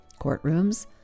courtrooms